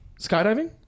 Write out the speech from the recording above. skydiving